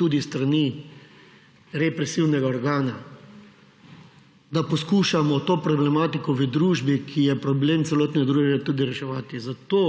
tudi s strani represivnega organa, da poskušamo to problematiko v družbi, ki je problem celotne družbe, reševati. Zato